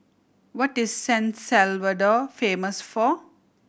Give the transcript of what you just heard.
what is San Salvador famous for